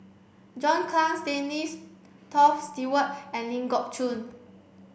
John Clang Stanley Toft Stewart and Ling Geok Choon